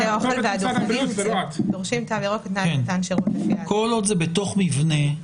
כל עוד זה בתוך מבנה.